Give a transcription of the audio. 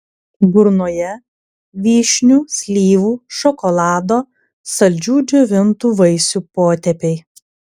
burnoje vyšnių slyvų šokolado saldžių džiovintų vaisių potėpiai